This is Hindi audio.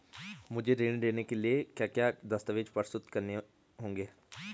मुझे ऋण लेने के लिए क्या क्या दस्तावेज़ प्रस्तुत करने होंगे?